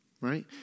right